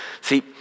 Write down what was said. see